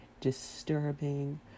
disturbing